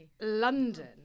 London